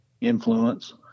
influence